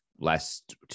last